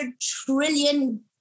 trillion